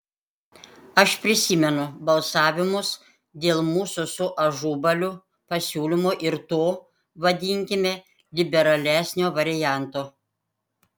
aš prisimenu balsavimus dėl mūsų su ažubaliu pasiūlymo ir to vadinkime liberalesnio varianto